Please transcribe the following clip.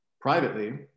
privately